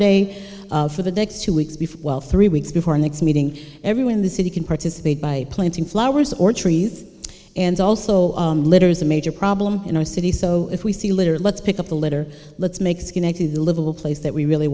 day for the next two weeks before while three weeks before next meeting everyone in the city can participate by planting flowers or trees and also litter is a major problem in our city so if we see litter let's pick up the litter let's make this connect to the livable place that we really